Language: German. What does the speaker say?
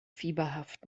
fieberhaft